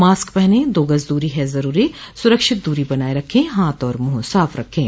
mask पहनें दो गज़ दूरी है ज़रूरी सुरक्षित दूरी बनाए रखें हाथ और मुंह साफ़ रखें